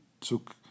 took